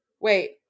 Wait